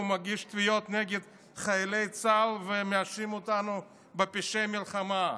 מגיש תביעות נגד חיילי צה"ל ומאשים אותנו בפשעי מלחמה.